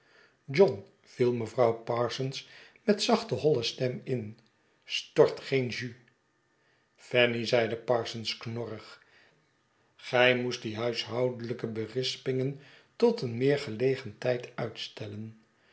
john viel mevrouw parsons met zachte nolle stem in stort geen jus fanny zeide parsons knorrig gij moest die huishoudelijke berispingen tot een meer gelegen tijd uitstellen